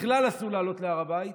בכלל אסור לעלות להר הבית,